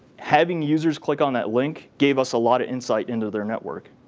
having users click on that link gave us a lot of insight into their network.